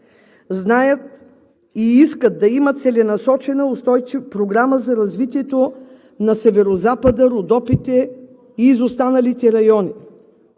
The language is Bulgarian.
знаят и искат да има целенасочена устойчива програма за развитието на Северозапада, Родопите и изостаналите райони.